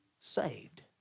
saved